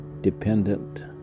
dependent